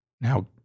now